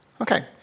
okay